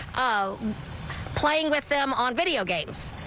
ah playing with them on video games.